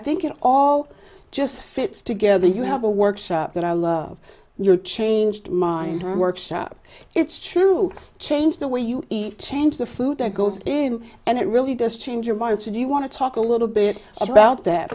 think it all just fits together you have a workshop that i love your changed my workshop it's true change the way you change the food that goes in and it really does change your mind to do you want to talk a little bit about th